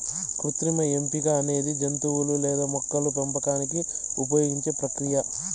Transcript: కృత్రిమ ఎంపిక అనేది జంతువులు లేదా మొక్కల పెంపకానికి ఉపయోగించే ప్రక్రియ